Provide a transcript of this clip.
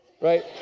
Right